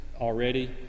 already